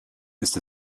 ist